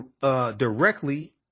directly